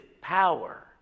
power